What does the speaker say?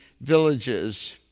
villages